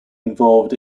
involved